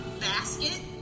basket